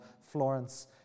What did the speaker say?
Florence